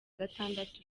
gatandatu